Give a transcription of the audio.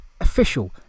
official